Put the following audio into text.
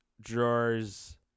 drawers